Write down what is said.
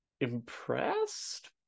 impressed